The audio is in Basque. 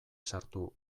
sartu